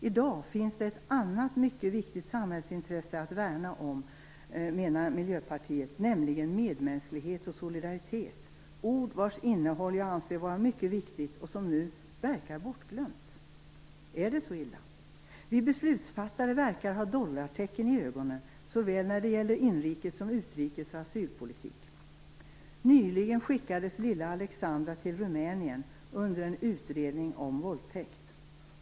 I dag finns det ett annat mycket viktigt samhällsintresse att värna om, menar Miljöpartiet, nämligen medmänsklighet och solidaritet - ord vars innehåll jag anser vara mycket viktigt men som nu verkar bortglömt. Är det så illa? Vi beslutsfattare verkar ha dollartecken i ögonen när det gäller såväl inrikes som utrikes och asylpolitik. Nyligen skickades lilla Alexandra till Rumänien under en utredning om våldtäkt.